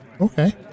Okay